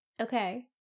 okay